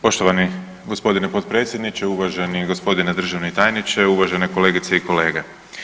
Poštovani gospodine potpredsjedniče, uvaženi gospodine državni tajniče, uvažene kolegice i kolege.